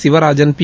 Sivarajan B